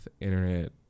internet